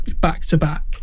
back-to-back